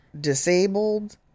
disabled